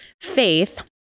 faith